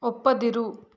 ಒಪ್ಪದಿರು